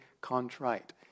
contrite